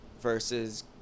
versus